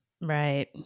Right